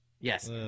Yes